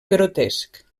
grotesc